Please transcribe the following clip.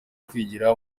kwigira